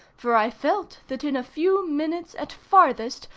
for i felt that in a few minutes, at farthest,